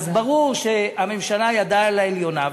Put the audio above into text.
אז ברור שהממשלה, ידה על העליונה.